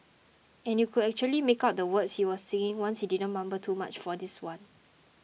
and you could actually make out the words he was singing since he didn't mumble too much for this one